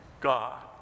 God